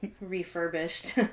refurbished